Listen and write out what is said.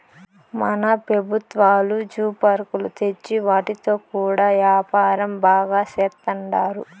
మన పెబుత్వాలు జూ పార్కులు తెచ్చి వాటితో కూడా యాపారం బాగా సేత్తండారు